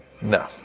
No